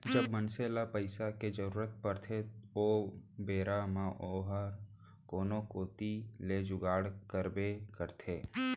जब मनसे ल पइसा के जरूरत परथे ओ बेरा म ओहर कोनो कोती ले जुगाड़ करबे करथे